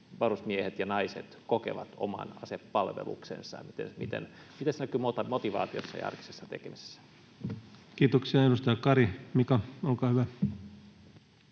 varusmiehet ja ‑naiset kokevat oman asepalveluksensa ja miten se näkyy motivaatiossa ja arkisessa tekemisessä? [Speech 134] Speaker: